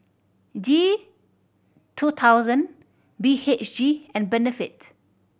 G two thousand B H G and Benefit